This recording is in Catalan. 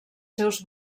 seus